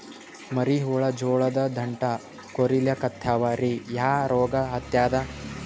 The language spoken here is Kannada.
ಮರಿ ಹುಳ ಜೋಳದ ದಂಟ ಕೊರಿಲಿಕತ್ತಾವ ರೀ ಯಾ ರೋಗ ಹತ್ಯಾದ?